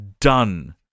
done